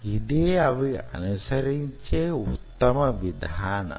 ఇదే అవి అనుసరించే వుత్తమ విధానం